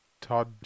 Todd